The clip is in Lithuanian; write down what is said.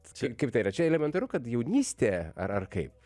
čia kaip tai yra čia elementaru kad jaunystė ar ar kaip